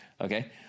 okay